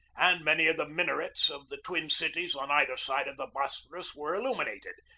and many of the minarets of the twin cities on either side of the bosphorus were illuminated,